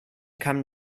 come